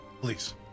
Please